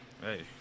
Hey